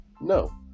no